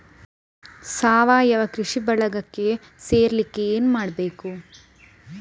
ಸಾವಯವ ಕೃಷಿ ಬಳಗಕ್ಕೆ ಸೇರ್ಲಿಕ್ಕೆ ಏನು ಮಾಡ್ಬೇಕು?